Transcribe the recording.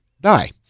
die